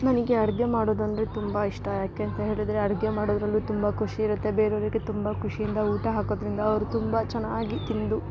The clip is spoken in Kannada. ನನಗೆ ಅಡಿಗೆ ಮಾಡೋದು ಅಂದರೆ ತುಂಬ ಇಷ್ಟ ಯಾಕೆ ಅಂತ ಹೇಳಿದ್ರೆ ಅಡಿಗೆ ಮಾಡೊದ್ರಲ್ಲು ತುಂಬ ಖುಷಿಯಿರುತ್ತೆ ಬೇರೆಯವರಿಗೆ ತುಂಬ ಖುಷಿಯಿಂದ ಊಟ ಹಾಕೊದ್ರಿಂದ ಅವ್ರು ತುಂಬ ಚೆನ್ನಾಗಿ ತಿಂದು